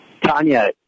Tanya